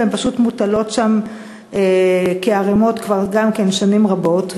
והן פשוט מוטלות שם כערמות כבר שנים רבות.